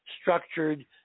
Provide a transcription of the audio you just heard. structured